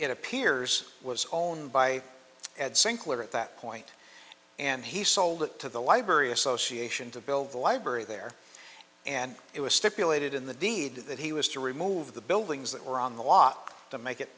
it appears was owned by ed sinclair at that point and he sold it to the library association to build the library there and it was stipulated in the deed that he was to remove the buildings that were on the lot to make it